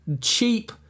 Cheap